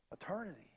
Eternity